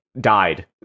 died